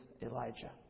Elijah